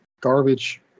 Garbage